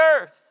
earth